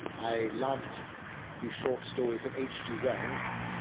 i loved the short stories of hg wells,